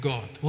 God